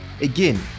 Again